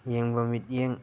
ꯌꯦꯡꯕ ꯃꯤꯠꯌꯦꯡ